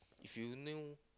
if you knew